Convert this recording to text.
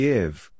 Give